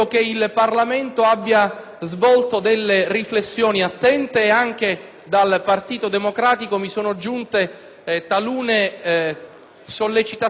dal Partito Democratico mi siano giunte talune sollecitazioni concrete e con un tono costruttivo.